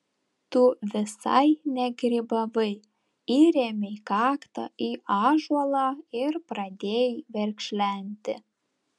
tu visai negrybavai įrėmei kaktą į ąžuolą ir pradėjai verkšlenti